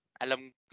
alam